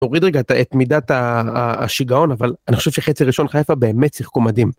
תוריד רגע את מידת השיגעון אבל אני חושב שחצי ראשון חייפה באמת שיחקו מדהים.